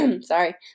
Sorry